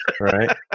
Right